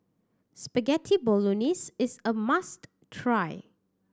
Spaghetti Bolognese is a must try